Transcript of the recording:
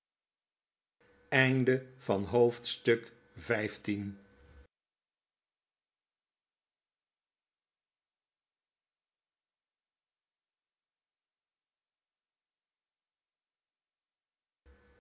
straat van het